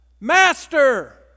Master